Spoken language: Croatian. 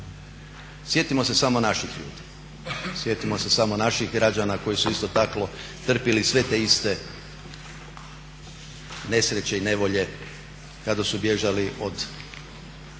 Sjetimo se samo naših ljudi, sjetimo se samo naših građana koji su isto tako trpili sve te iste nesreće i nevolje kada su bježali od